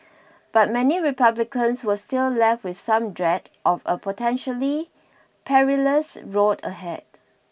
but many republicans were still left with some dread of a potentially perilous road ahead